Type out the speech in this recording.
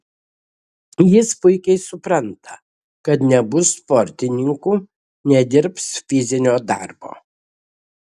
jis puikiai supranta kad nebus sportininku nedirbs fizinio darbo